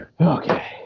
Okay